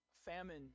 Famine